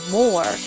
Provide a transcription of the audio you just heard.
more